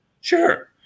Sure